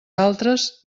altres